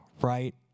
right